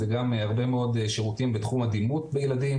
זה גם הרבה מאוד שירותים בתחום הדימות בילדים